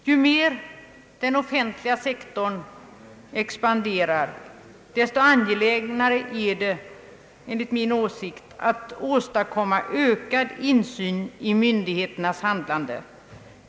Ju mer den offentliga sektorn expanderar desto angelägnare är det att åstadkomma ökad insyn i myndigheternas handlande.